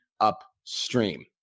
upstream